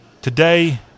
Today